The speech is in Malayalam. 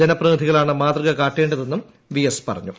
ജനപ്രതിനിധികളാണ് മാതൃക കാട്ടേണ്ടതെന്നും വിഎസ് പറഞ്ഞു